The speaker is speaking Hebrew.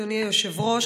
אדוני היושב-ראש,